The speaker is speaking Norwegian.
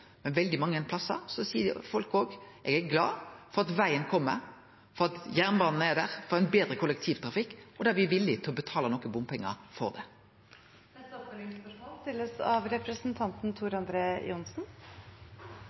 Veldig mange plassar seier folk: Me er glade for at vegen kjem, at jernbanen er der, at det er betre kollektivtrafikk, og då er me villige til å betale noko bompengar for